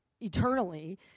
eternally